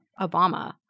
Obama